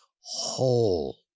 whole